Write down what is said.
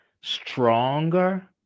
stronger